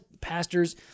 pastors